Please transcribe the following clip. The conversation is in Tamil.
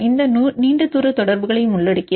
இது நீண்ட தூர தொடர்புகளையும் உள்ளடக்கியது